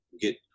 get